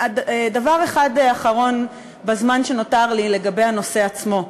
דבר אחד אחרון, בזמן שנותר לי, לגבי הנושא עצמו.